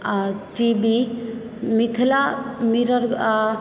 आ T V Mithila Mirror आ